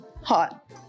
hot